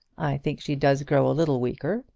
i think she does grow a little weaker.